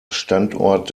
standort